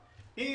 הצעה, אם